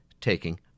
taking